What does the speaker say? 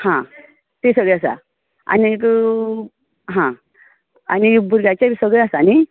हां तें सगळें आसा आनीक हां आनी भुरग्याचें बी सगलें आसा न्ही